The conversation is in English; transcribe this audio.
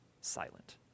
silent